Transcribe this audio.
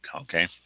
okay